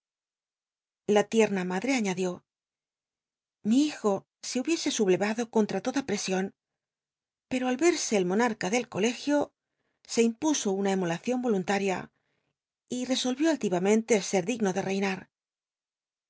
a tierna m uh'c aíiadió li hijo se hubiese sublcrado conlta toda pi'csion p ro al erse el mouarca del colegio se impso una rrnu lacion rolunlal'ia y resolrió alliramente ser digno de reinar